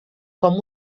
com